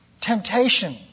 temptation